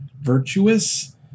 virtuous